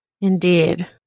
Indeed